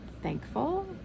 thankful